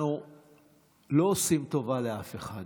אנחנו לא עושים טובה לאף אחד,